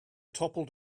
toppled